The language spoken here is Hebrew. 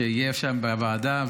יהיה שם בוועדה,